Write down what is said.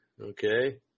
okay